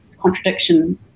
contradiction